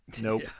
Nope